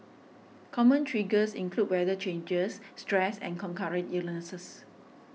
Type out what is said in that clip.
common triggers include weather changes stress and concurrent illnesses